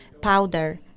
powder